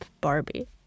Barbie